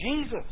Jesus